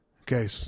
Okay